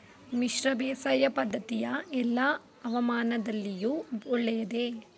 ಮಿಶ್ರ ಬೇಸಾಯ ಪದ್ದತಿಯು ಎಲ್ಲಾ ಹವಾಮಾನದಲ್ಲಿಯೂ ಒಳ್ಳೆಯದೇ?